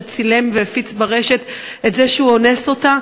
שצילם והפיץ ברשת את זה שהוא אונס אותה.